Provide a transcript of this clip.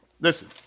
Listen